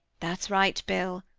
that's right, bill.